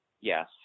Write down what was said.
yes